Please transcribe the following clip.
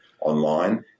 online